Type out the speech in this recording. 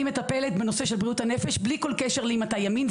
מטפלת בנושא של בריאות הנפש בלי כל קשר לאם אתה ימין,